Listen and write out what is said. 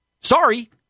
sorry